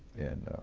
and